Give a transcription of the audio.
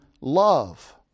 love